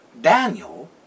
Daniel